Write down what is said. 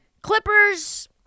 Clippers